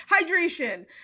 Hydration